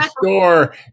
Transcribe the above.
store